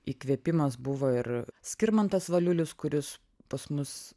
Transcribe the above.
įkvėpimas buvo ir skirmantas valiulis kuris pas mus